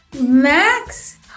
Max